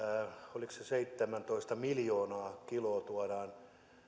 oliko niin että seitsemäntoista miljoonaa kiloa tuodaan